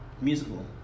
musical